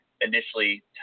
initially